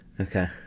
Okay